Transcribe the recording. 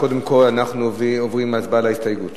קודם כול, אנחנו עוברים להצבעה על ההסתייגות